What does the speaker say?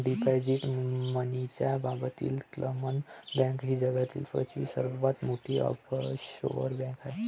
deposit मनीच्या बाबतीत क्लामन बँक ही जगातील पाचवी सर्वात मोठी ऑफशोअर बँक आहे